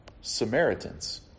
Samaritans